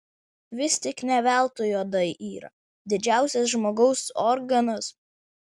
vis tik ne veltui oda yra didžiausias žmogaus organas